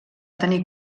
tenir